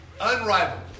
Unrivaled